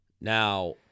Now